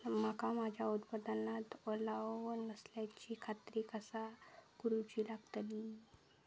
मका माझ्या उत्पादनात ओलावो नसल्याची खात्री कसा करुची लागतली?